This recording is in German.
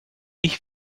ich